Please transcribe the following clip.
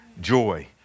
joy